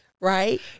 right